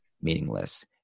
meaningless